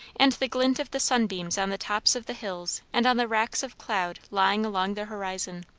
and the glint of the sunbeams on the tops of the hills and on the racks of cloud lying along the horizon.